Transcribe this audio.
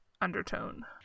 undertone